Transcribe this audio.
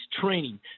training